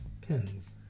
Pins